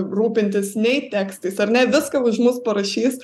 rūpintis nei tekstais ar ne viską už mus parašys